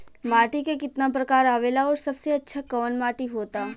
माटी के कितना प्रकार आवेला और सबसे अच्छा कवन माटी होता?